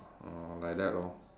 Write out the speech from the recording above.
uh like that lor